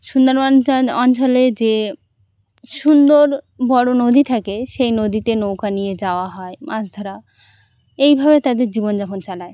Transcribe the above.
সুন্দরবন অঞ্চলে যে সুন্দর বড় নদী থাকে সেই নদীতে নৌকা নিয়ে যাওয়া হয় মাছ ধরা এইভাবে তাদের জীবনযাপন চালায়